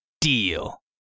Deal